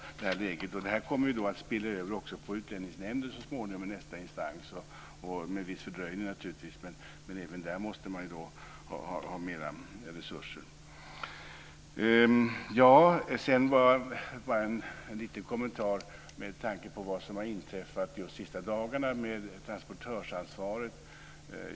Det kommer att spela över på Utlänningsnämnden så småningom som nästa instans, med viss fördröjning naturligtvis. Även där måste man ha mer resurser. Sedan en liten kommentar med tanke på vad som har inträffat de senaste dagarna med transportörsansvaret.